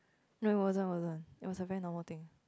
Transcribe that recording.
no it wasn't wasn't it was a very normal thing